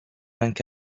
anche